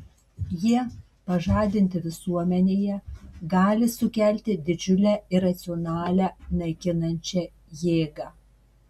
jie pažadinti visuomenėje gali sukelti didžiulę iracionalią naikinančią jėgą